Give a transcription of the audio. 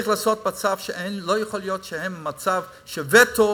לא יכול להיות שהן במצב של וטו